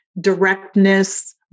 directness